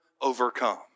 overcome